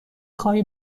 خواهی